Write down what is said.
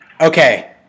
Okay